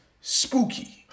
spooky